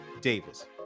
Davis